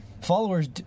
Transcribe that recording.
followers